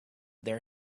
their